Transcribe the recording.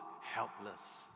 helpless